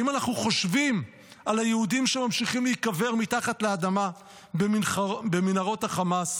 האם אנחנו חושבים על היהודים שממשיכים להיקבר מתחת לאדמה במנהרות החמאס?